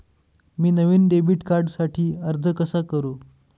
मी नवीन डेबिट कार्डसाठी अर्ज कसा करू?